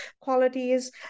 qualities